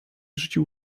rzucił